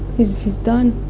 he's he's done